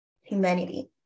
humanity